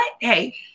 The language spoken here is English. hey